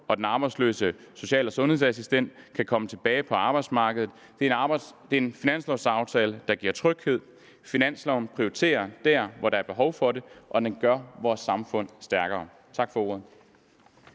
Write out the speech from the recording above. og den arbejdsløse social- og sundhedsassistent kan komme tilbage på arbejdsmarkedet. Det er en finanslovaftale, der giver tryghed. Finansloven prioriterer de områder, hvor der er behov for det, og den gør vores samfund stærkere. Tak for ordet.